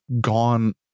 gone